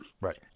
Right